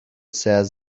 says